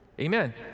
Amen